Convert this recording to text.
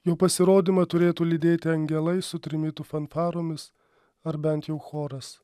jo pasirodymą turėtų lydėti angelai su trimitų fanfaromis ar bent jų choras